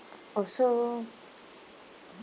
oh so